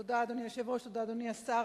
תודה, אדוני היושב-ראש, תודה, אדוני השר.